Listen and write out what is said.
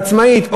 העצמאית,